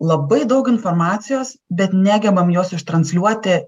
labai daug informacijos bet negebam jos ištransliuoti